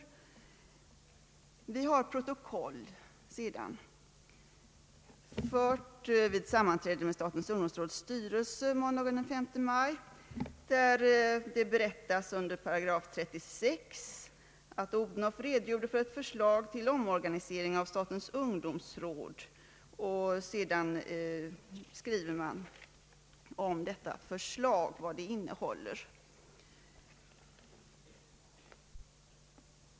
Sedan har vi protokoll, fört vid sammanträde med statens ungdomsråds styrelse måndagen den 5 maj. Där berättas det under § 36 att jag redogjorde för ett förslag till omorganisering av statens ungdomsråd. Sedan redogör man för vad detta förslag innehåller.